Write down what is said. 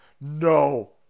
No